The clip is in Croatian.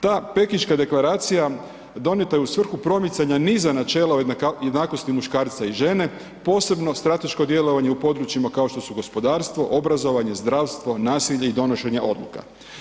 Ta Pekinška deklaracija donijeta je u svrhu promicanja niza načela jednakosti muškarca i žene, posebno strateško djelovanje u područjima kao što su gospodarstvo, obrazovanje, zdravstvo, nasilje i donošenje odluka.